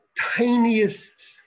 tiniest